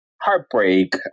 heartbreak